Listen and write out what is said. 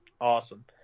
Awesome